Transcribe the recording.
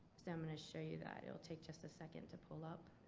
so i'm going to show you that. it will take just a second to pull up.